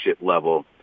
level